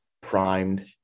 primed